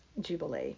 Jubilee